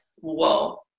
whoa